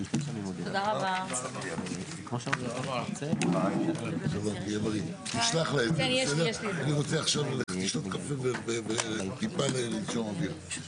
הישיבה ננעלה בשעה 12:14.